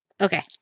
Okay